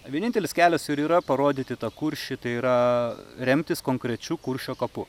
vienintelis kelias ir yra parodyti tą kuršį tai yra remtis konkrečiu kuršio kapu